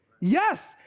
Yes